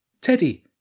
Teddy